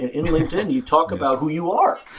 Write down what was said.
ah in linkedin, you talk about who you are.